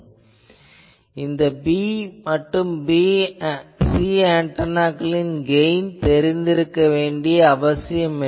இப்போது 'b' மற்றும் 'c' ஆன்டெனாக்களின் கெயின் தெரிந்திருக்க வேண்டிய அவசியம் இல்லை